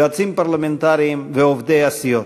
יועצים פרלמנטריים ועובדי הסיעות.